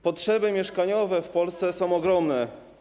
Potrzeby mieszkaniowe w Polsce są ogromne.